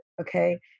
Okay